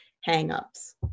hang-ups